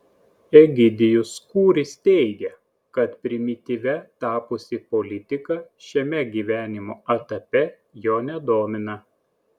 egidijus kūris teigia kad primityvia tapusi politika šiame gyvenimo etape jo nedomina